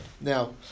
now